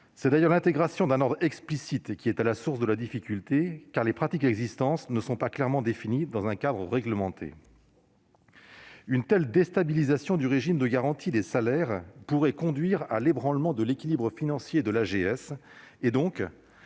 C'est d'ailleurs l'intégration d'un ordre explicite qui est à la source de la difficulté, car les pratiques existantes ne sont pas clairement définies par un cadre réglementé. Une telle déstabilisation du régime de garantie des salaires pourrait conduire à l'ébranlement de l'équilibre financier de l'AGS, et donc